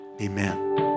amen